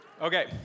Okay